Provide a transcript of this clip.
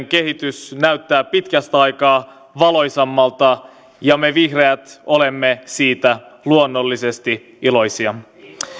kehitys näyttää pitkästä aikaa valoisammalta ja me vihreät olemme siitä luonnollisesti iloisia